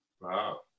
Wow